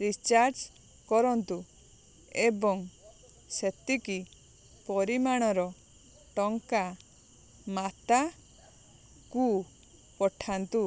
recharge କରନ୍ତୁ ଏବଂ ସେତିକି ପରିମାଣର ଟଙ୍କା ମାତାକୁ ପଠାନ୍ତୁ